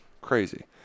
Crazy